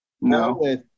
No